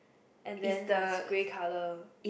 and then is grey colour